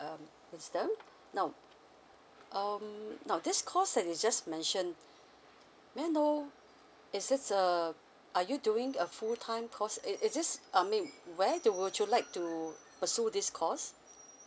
um mister now um now this course that you just mentioned may I know it's just err are you doing a full time course it it is I mean where do would you like to pursue this course